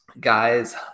guys